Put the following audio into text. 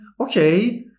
okay